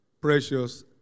precious